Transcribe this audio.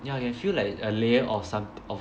ya you can feel like a layer of someth~ of